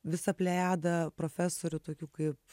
visa plejada profesorių tokių kaip